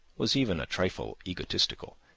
was even a trifle egotistical,